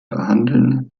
behandeln